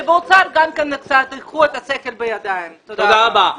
תודה רבה.